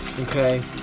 Okay